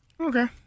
Okay